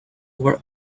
were